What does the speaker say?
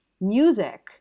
music